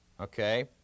Okay